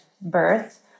Birth